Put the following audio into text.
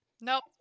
Nope